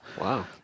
Wow